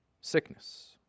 sickness